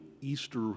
Easter